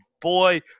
boy